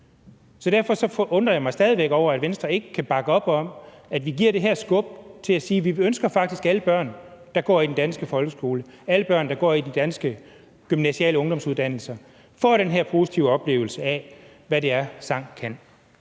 Derfor undrer jeg mig stadig væk over, at Venstre ikke kan bakke op om, at vi giver det her er et skub, så vi siger, at vi faktisk ønsker, at alle børn, der går i den danske folkeskole, alle unge, der går på de danske gymnasiale uddannelser, får den her positive oplevelse af, hvad det er, sang kan.